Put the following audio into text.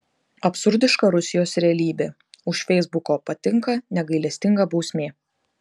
absurdiška rusijos realybė už feisbuko patinka negailestinga bausmė